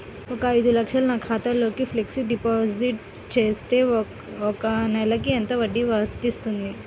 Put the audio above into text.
ఒక ఐదు లక్షలు నా ఖాతాలో ఫ్లెక్సీ డిపాజిట్ చేస్తే ఒక నెలకి ఎంత వడ్డీ వర్తిస్తుంది?